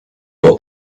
what